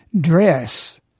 dress